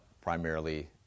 primarily